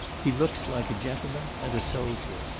he looks like a gentleman and a soldier.